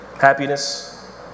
Happiness